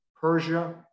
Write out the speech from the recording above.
Persia